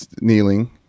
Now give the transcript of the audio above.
kneeling